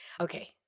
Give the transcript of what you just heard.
Okay